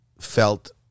felt